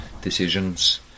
decisions